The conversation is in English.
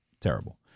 terrible